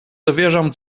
dowierzam